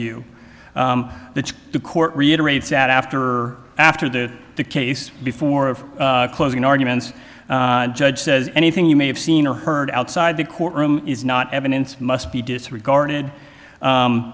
you that the court reiterate sat after after the case before of closing arguments judge says anything you may have seen or heard outside the courtroom is not evidence must be disregarded